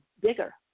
bigger